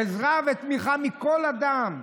עזרה ותמיכה מכל אדם,